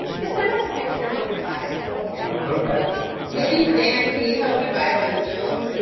just send us a picture of what you're buying and we'll tell you. oh, yeah yeah, maybe. dan, can you help me buy it on zoome?